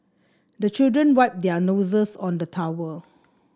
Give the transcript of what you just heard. the children wipe their noses on the towel